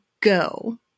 go